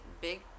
big